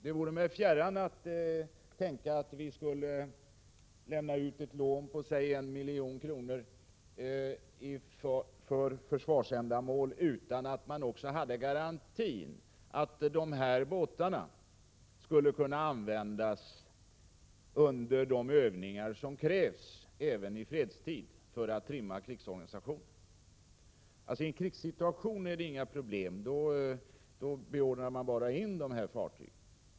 Det vore mig fjärran att vi skulle lämna ut ett lån på säg 1 milj.kr. för försvarsändamål utan att ha garantier för att dessa båtar skulle kunna användas under de övningar som krävs även i fredstid för att trimma krigsorganisationen. I en krigssituation är det inga problem, då beordrar man bara in dessa fartyg.